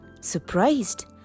surprised